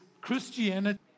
Christianity